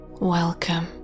Welcome